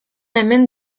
hemen